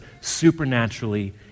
supernaturally